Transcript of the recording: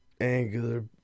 angular